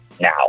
now